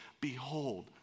Behold